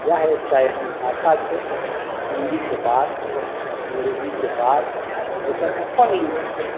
इएह एकटा एहन भाषा छै हिन्दीके बाद अंग्रेजीके बाद जकर अपन लिपि छै